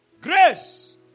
grace